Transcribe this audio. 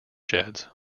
sheds